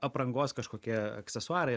aprangos kažkokie aksesuarai ir